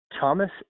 Thomas